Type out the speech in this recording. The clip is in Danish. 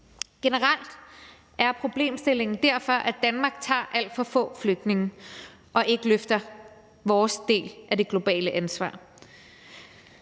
Generelt er problemstillingen derfor, at vi i Danmark tager alt for få flygtninge og ikke løfter vores del af det globale ansvar.